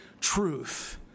truth